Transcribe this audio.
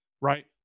right